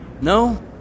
No